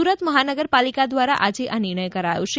સુરત મહાનગરપાલિકા દ્વારા આજે આ નિર્ણય કરાયો છે